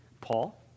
Paul